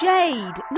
Jade